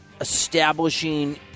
establishing